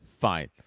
fine